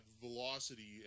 velocity